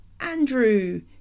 Andrew